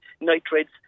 nitrates